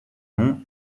nom